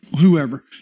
whoever